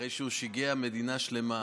אחרי שהוא שיגע מדינה שלמה